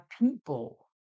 people